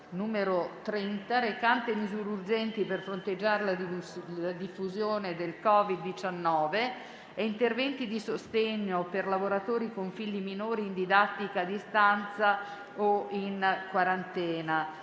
30, recante misure urgenti per fronteggiare la diffusione del COVID-19 e interventi di sostegno per lavoratori con figli minori in didattica a distanza o in quarantena,